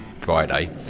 Friday